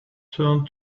turned